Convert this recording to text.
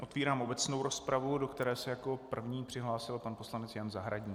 Otevírám obecnou rozpravu, do které se jako první přihlásil pan poslanec Zahradník.